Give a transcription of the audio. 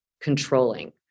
controlling